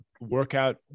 workout